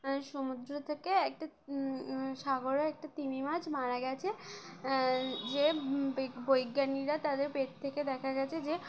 সমুদ্র থেকে একটা সাগরে একটা তিমি মাছ মারা গেছে যে বি বৈজ্ঞানিকরা তাদের পেট থেকে দেখা গেছে যে